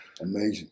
Amazing